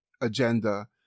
agenda